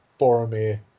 Boromir